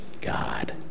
God